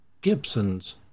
Gibson's